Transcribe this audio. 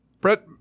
Brett